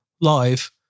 live